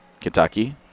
Kentucky